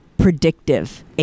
predictive